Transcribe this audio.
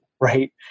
right